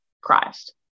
Christ